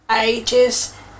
ages